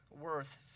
worth